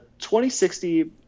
2060